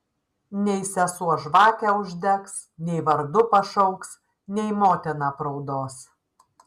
nei sesuo žvakę uždegs nei vardu pašauks nei motina apraudos